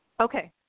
Okay